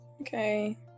okay